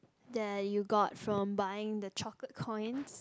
that you got from buying the chocolate coins